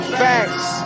facts